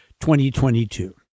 2022